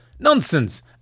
Nonsense